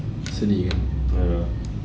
sedih kan